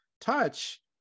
touch